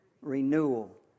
Renewal